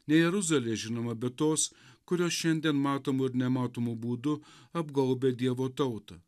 ne jeruzalė žinoma be tos kurios šiandien matomu ir nematomu būdu apgaubia dievo tautą